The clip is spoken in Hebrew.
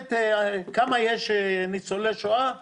במערכת כמה ניצולי שואה יש.